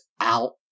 out